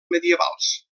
medievals